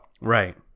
Right